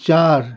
চার